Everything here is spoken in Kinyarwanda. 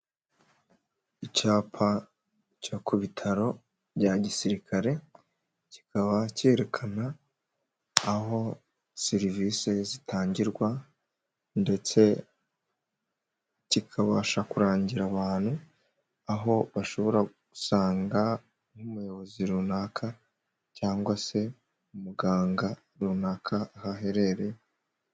Icyapa cyo ku bitaro bya gisirikare, kikaba cyerekana aho serivisi zitangirwa ndetse kikabasha kurangira abantu aho bashobora gusanga nk'umuyobozi runaka cyangwa se umuganga runaka ahaherereye.